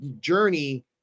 journey